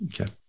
okay